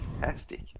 fantastic